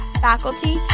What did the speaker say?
faculty